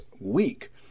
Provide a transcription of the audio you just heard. week